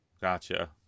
gotcha